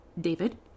David